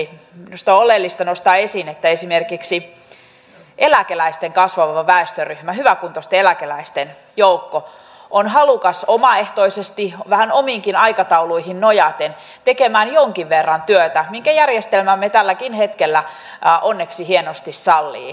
minusta on oleellista nostaa esiin että esimerkiksi eläkeläisten kasvava väestöryhmä hyväkuntoisten eläkeläisten joukko on halukas omaehtoisesti vähän omiinkin aikatauluihin nojaten tekemään jonkin verran työtä minkä järjestelmämme tälläkin hetkellä onneksi hienosti sallii